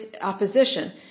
opposition